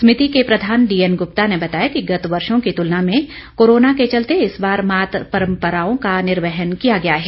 समिति के प्रधान डीएनगुप्ता ने बताया कि गत वर्षो की तुलना में कोरोना के चलते इस बार मात्र परंपराओं का निर्वहन किया गया है